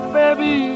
baby